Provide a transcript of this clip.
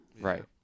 Right